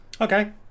Okay